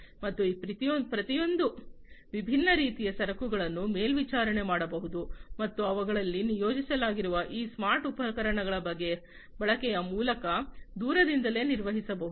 ಮತ್ತು ಈ ಪ್ರತಿಯೊಂದು ವಿಭಿನ್ನ ರೀತಿಯ ಸರಕುಗಳನ್ನು ಮೇಲ್ವಿಚಾರಣೆ ಮಾಡಬಹುದು ಮತ್ತು ಅವುಗಳಲ್ಲಿ ನಿಯೋಜಿಸಲಾಗಿರುವ ಈ ಸ್ಮಾರ್ಟ್ ಉಪಕರಣಗಳ ಬಳಕೆಯ ಮೂಲಕ ದೂರದಿಂದಲೇ ನಿರ್ವಹಿಸಬಹುದು